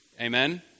Amen